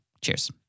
Cheers